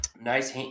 Nice